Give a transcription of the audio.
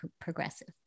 progressive